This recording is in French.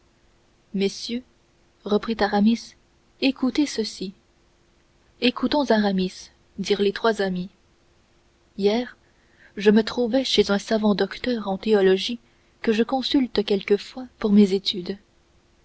messieurs reprit aramis écoutez ceci écoutons aramis dirent les trois amis hier je me trouvais chez un savant docteur en théologie que je consulte quelquefois pour mes études